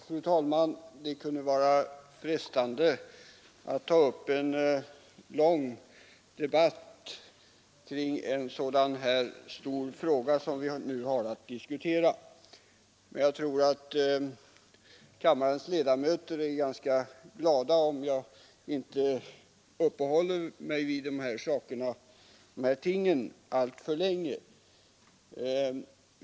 Fru talman! Det kunde vara frestande att ta upp en lång debatt kring en sådan stor fråga som den vi har att diskutera, men jag tror att kammarens ledamöter är ganska glada om jag inte uppehåller mig vid dessa spörsmål alltför länge.